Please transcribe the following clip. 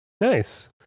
Nice